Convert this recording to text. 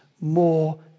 more